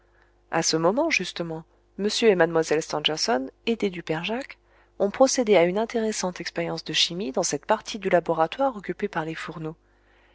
à ce moment justement m et mlle stangerson aidés du père jacques ont procédé à une intéressante expérience de chimie dans cette partie du laboratoire occupée par les fourneaux